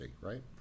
right